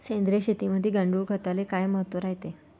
सेंद्रिय शेतीमंदी गांडूळखताले काय महत्त्व रायते?